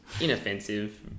inoffensive